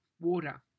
water